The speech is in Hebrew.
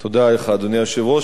אדוני היושב-ראש,